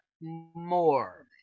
more